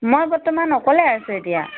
মই বৰ্তমান অকলে আছোঁ এতিয়া